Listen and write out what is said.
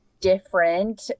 different